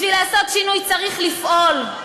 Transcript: בשביל לעשות שינוי צריך לפעול.